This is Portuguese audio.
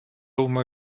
uma